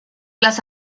las